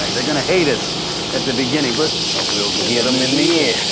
they're gonna hate us at the beginning, but we'll get them in the air.